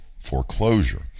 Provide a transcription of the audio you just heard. foreclosure